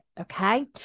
okay